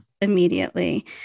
immediately